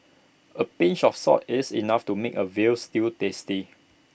A pinch of salt is enough to make A Veal Stew tasty